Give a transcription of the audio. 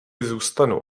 zůstanu